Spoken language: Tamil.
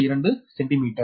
2 சென்டிமீட்டர்